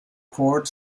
cord